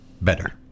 better